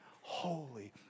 holy